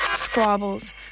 squabbles